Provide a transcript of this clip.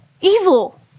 Evil